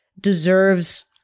deserves